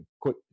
Quick